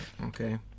Okay